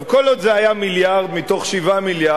כל עוד זה היה מיליארד מתוך 7 מיליארד,